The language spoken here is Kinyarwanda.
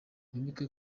mwibuke